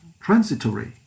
transitory